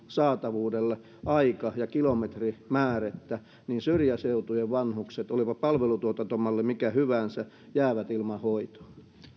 saatavuudelle aika ja kilometrimäärettä niin syrjäseutujen vanhukset olipa palvelutuotantomalli mikä hyvänsä jäävät ilman hoitoa